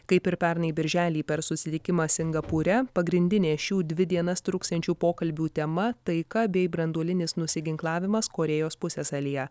kaip ir pernai birželį per susitikimą singapūre pagrindinė šių dvi dienas truksiančių pokalbių tema taika bei branduolinis nusiginklavimas korėjos pusiasalyje